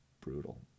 brutal